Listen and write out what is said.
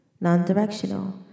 Non-directional